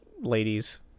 ladies